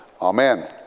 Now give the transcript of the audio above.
Amen